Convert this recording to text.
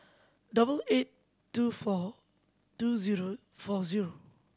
double eight two four two zero four zero